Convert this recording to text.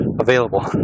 available